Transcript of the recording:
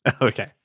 Okay